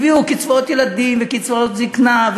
הביאו קצבאות ילדים וקצבאות זיקנה,